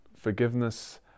forgiveness